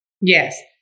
Yes